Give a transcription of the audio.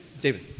David